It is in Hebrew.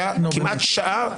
היה כמעט שעה.